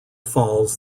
falls